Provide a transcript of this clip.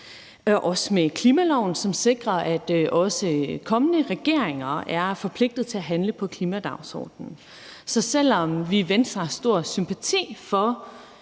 også med klimaloven, som sikrer, at også kommende regeringer er forpligtet til at handle på klimadagsordenen. Så selv om vi i Venstre har stor sympati for